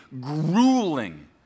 grueling